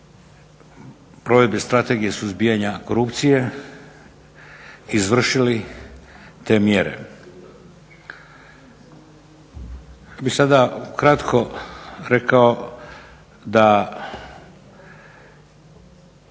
provedbe Strategije suzbijanja korupcije izvršili te mjere.